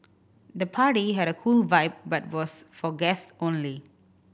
the party had a cool vibe but was for guests only